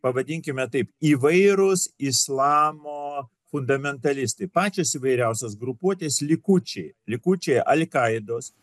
pavadinkime taip įvairūs islamo fundamentalistai pačios įvairiausios grupuotės likučiai likučiai al kaidos